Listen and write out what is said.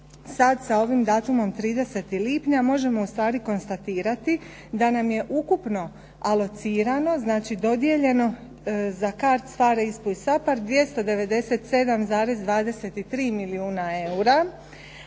sad sa ovim datumom 30. lipnja možemo ustvari konstatirati da nam je ukupno alocirano, znači dodijeljeno za CARDS, PHARE, ISPA-u i SAPARD 297,23 milijuna eura,